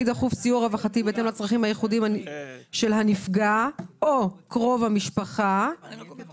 (4)לפעול לשם תיאום וקידום הטיפול בנפגעי האסון ובקרובי משפחתם של